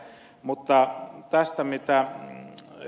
mutta tästä mitä ed